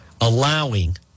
allowing